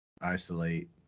isolate